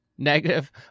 Negative